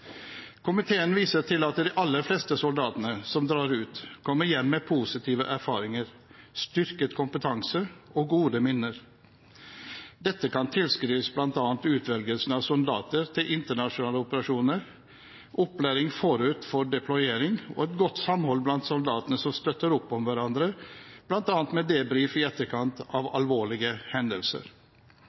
Komiteen viser til at de aller fleste soldatene som drar ut, kommer hjem med positive erfaringer, styrket kompetanse og gode minner. Dette kan tilskrives bl.a. utvelgelsen av soldater til internasjonale operasjoner, opplæringen forut for deployering og godt samhold blant soldatene som støtter opp om hverandre, bl.a. med debrifing i etterkant av alvorlige hendelser.